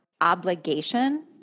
obligation